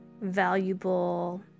valuable